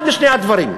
אחד משני הדברים,